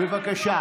בבקשה.